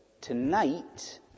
Tonight